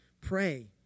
Pray